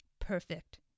perfect